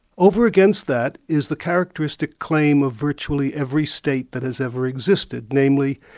over against that is the characteristic claim of virtually every state that has ever existed, namely,